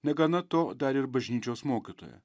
negana to dar ir bažnyčios mokytoja